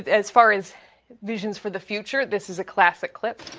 as far as visions for the future, this is a classic clip.